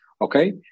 Okay